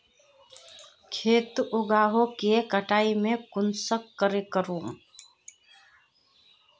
खेत उगोहो के कटाई में कुंसम करे करूम?